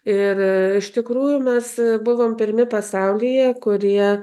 ir iš tikrųjų mes buvom pirmi pasaulyje kurie